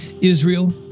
Israel